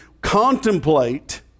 contemplate